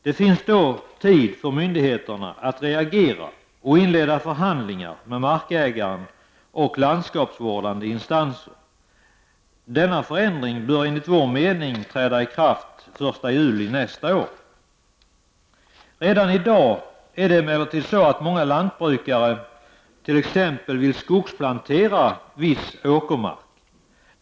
Det finns då tid för myndigheterna att reagera och inleda förhandlingar med markägaren och landskapsvårdande instanser. Denna förändring bör enligt vår mening träda i kraft den 1 juli nästa år. Redan i dag vill emellertid många lantbrukare t.ex. skogsplantera viss åkermark.